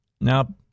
Now